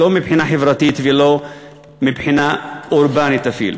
לא מבחינה חברתית, ולא מבחינה אורבנית אפילו.